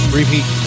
repeat